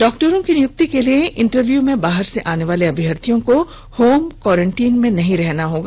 doctor की नियुक्ति के लिए इंटरव्यू में बाहर से आने वाले अभ्यर्थियों को होम क्वॉरंटाइन में नहीं रहना होगा